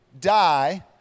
die